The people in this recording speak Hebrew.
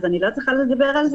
זה גם לא עובד כמעט רוב הדברים.